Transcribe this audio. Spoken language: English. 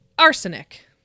Arsenic